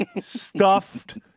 stuffed